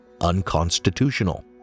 unconstitutional